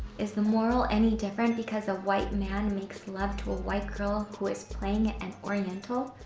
is the moral any different because a white man makes love to a white girl who is playing an oriental?